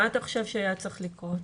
מה אתה חושב שהיה צריך לקרות?